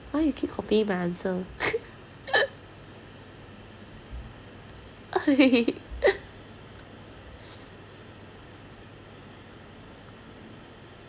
why you keep copying my answer